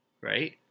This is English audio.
right